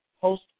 post